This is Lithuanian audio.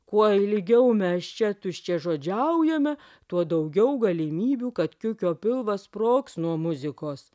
kuo ilgiau mes čia tuščiažodžiaujame tuo daugiau galimybių kad kiukio pilvas sprogs nuo muzikos